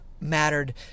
mattered